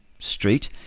Street